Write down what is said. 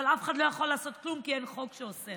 אבל אף אחד לא יכול לעשות כלום, כי אין חוק שאוסר.